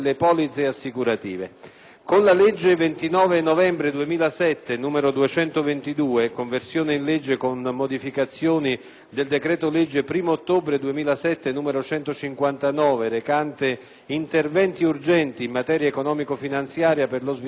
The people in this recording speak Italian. Con la legge 29 novembre 2007, n. 222, di conversione in legge con modificazioni del decreto-legge 1° ottobre 2007, n. 159, recante interventi urgenti in materia economico-finanziaria, per lo sviluppo e l'equità sociale,